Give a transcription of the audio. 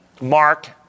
Mark